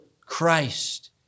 Christ